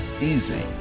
easy